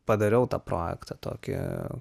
padariau tą projektą tokį